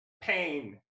pain